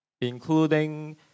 including